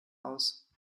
aus